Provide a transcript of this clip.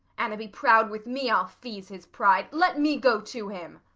an a be proud with me i'll pheeze his pride. let me go to him.